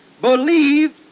believe